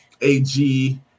AG